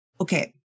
Okay